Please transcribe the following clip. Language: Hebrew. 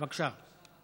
בבקשה.